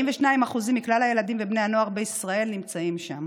42% מכלל הילדים ובני הנוער בישראל נמצאים שם.